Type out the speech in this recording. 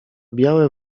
białe